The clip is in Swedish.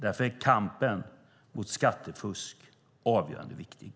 Därför är kampen mot skattefusk avgörande viktig.